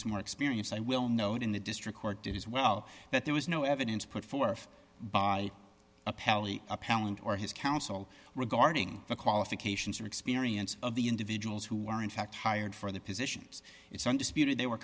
was more experienced i will know it in the district court did as well that there was no evidence put forth by appellee appellant or his counsel regarding the qualifications or experience of the individuals who were in fact hired for their positions it's undisputed they were